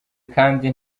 kandi